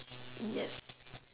yes